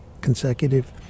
consecutive